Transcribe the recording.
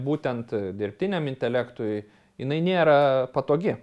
būtent dirbtiniam intelektui jinai nėra patogi